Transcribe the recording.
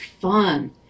fun